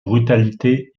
brutalité